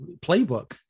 playbook